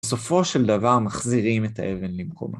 בסופו של דבר מחזירים את האבן למקומה.